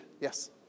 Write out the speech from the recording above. Yes